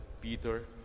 Peter